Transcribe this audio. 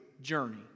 journey